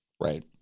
Right